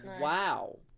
Wow